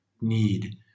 need